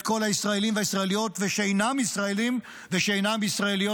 את כל הישראלים והישראליות ושאינם ישראלים ושאינם ישראליות,